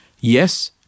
Yes